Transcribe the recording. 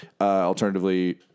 Alternatively